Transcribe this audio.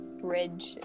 bridge